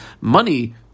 money